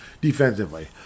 Defensively